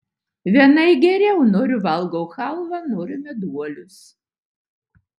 vienai geriau noriu valgau chalvą noriu meduolius